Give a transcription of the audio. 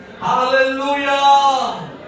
Hallelujah